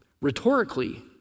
Rhetorically